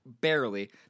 Barely